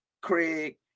craig